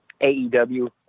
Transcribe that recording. AEW